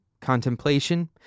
contemplation